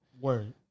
word